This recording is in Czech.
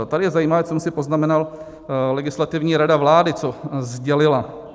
Tady je zajímavé, jsem si poznamenal, Legislativní rada vlády, co sdělila.